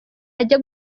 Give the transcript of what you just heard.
ajya